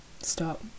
stop